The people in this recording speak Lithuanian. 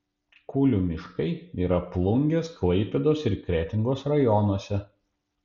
kulių miškai yra plungės klaipėdos ir kretingos rajonuose